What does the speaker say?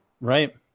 Right